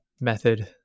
method